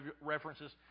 references